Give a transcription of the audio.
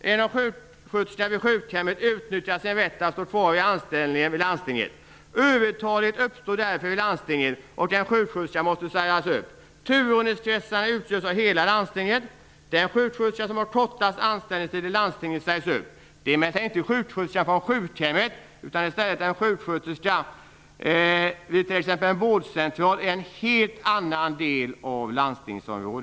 En av sjuksköterskorna vid sjukhemmet utnyttjar sin rätt att ha kvar sin anställning i landstinget. Därmed uppstår övertalighet i landstinget, och en sjuksköterska måste sägas upp. Turordningskretsen utgörs av hela landstinget. Den sjuksköterska som har kortast anställningstid i landstinget sägs upp. Det är emellertid inte sjuksköterskan från sjukhemmet utan i stället en sjuksköterska vid t.ex. en vårdcentral i en helt annan del av landstingsområdet.